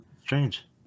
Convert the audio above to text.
strange